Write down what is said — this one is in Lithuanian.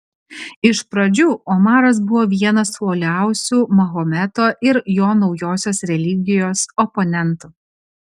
iš pradžių omaras buvo vienas uoliausių mahometo ir jo naujosios religijos oponentų